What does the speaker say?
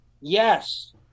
Yes